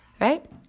right